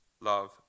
love